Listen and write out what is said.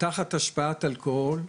תחת השפעת אלכוהול,